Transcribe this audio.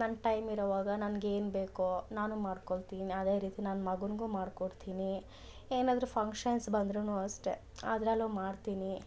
ನನ್ನ ಟೈಮ್ ಇರುವಾಗ ನನಗೆ ಏನು ಬೇಕೋ ನಾನು ಮಾಡ್ಕೊಳ್ತೀನ್ ಅದೇ ರೀತಿ ನನ್ನ ಮಗನಿಗು ಮಾಡಿಕೊಡ್ತೀನಿ ಏನಾದರೂ ಫಂಕ್ಷನ್ಸ್ ಬಂದ್ರು ಅಷ್ಟೆ ಅದರಲ್ಲೂ ಮಾಡ್ತೀನಿ